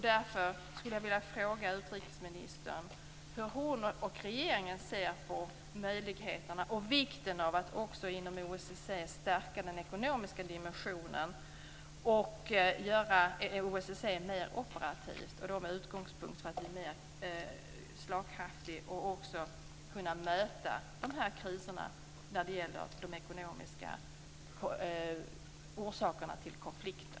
Därför skulle jag vilja fråga utrikesministern hur hon och regeringen ser på möjligheterna till och vikten av att också inom OSSE stärka den ekonomiska dimensionen och göra OSSE mer operativt. Utgångspunkten är att man skall bli mer slagkraftig och kunna möta de ekonomiska orsakerna till konflikter.